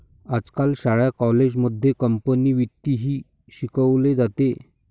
आजकाल शाळा कॉलेजांमध्ये कंपनी वित्तही शिकवले जाते